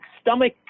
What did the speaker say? stomach